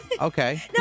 Okay